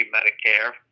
Medicare